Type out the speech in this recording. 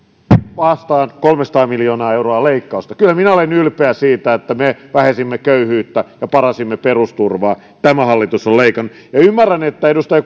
vastaan kolmesataa miljoonaa euroa leikkausta kyllä minä olen ylpeä siitä että me vähensimme köyhyyttä ja paransimme perusturvaa tämä hallitus on leikannut ymmärrän että edustaja